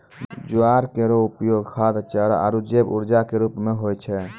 ज्वार केरो उपयोग खाद्य, चारा आरु जैव ऊर्जा क रूप म होय छै